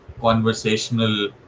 conversational